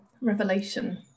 revelation